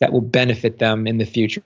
that will benefit them in the future.